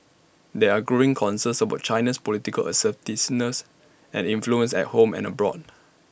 there are growing concerns about China's political assertiveness and influence at home and abroad